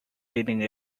reading